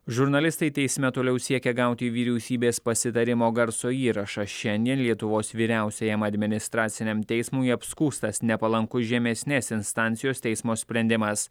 žurnalistai teisme toliau siekia gauti vyriausybės pasitarimo garso įrašą šiandien lietuvos vyriausiajam administraciniam teismui apskųstas nepalankus žemesnės instancijos teismo sprendimas